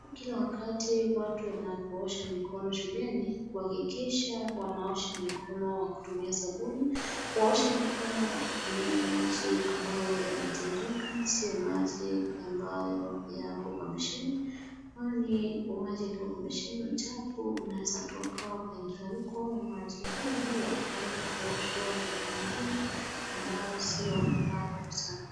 Kila wakati watu wanapoosha mikono shuleni, uhakikisha wanaosha mikono wakitumia sabuni, kuosha mikono wakitumia maji ambayo yanatiririka, sio maji ambayo yako kwa besheni kwani maji yakiwa kwa besheni chafu unaweza toka ukingia huko na maji hiyo hiyo ikaweza kuosha mtu mwingine ambayo sio safi.